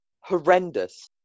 Horrendous